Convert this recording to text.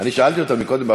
אני שאלתי אותן קודם,